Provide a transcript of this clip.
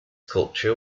culture